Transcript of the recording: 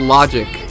Logic